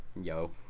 Yo